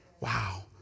wow